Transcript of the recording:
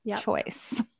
choice